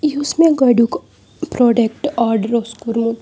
یُِس مےٚ گۄڈنیُک product order اوس کوٚرمُت